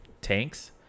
Tanks